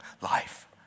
life